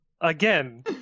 again